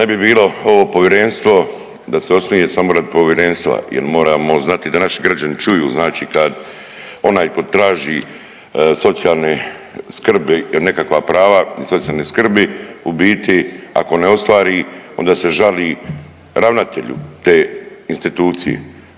ne bi bilo ovo povjerenstvo da se osnuje samo radi povjerenstva jel moramo znati da naši građani čuju znači kad onaj ko traži socijalne skrbi nekakva prava iz socijalne skrbi u biti ako ne ostvari onda se žali ravnatelju te institucije.